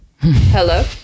hello